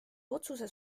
otsuse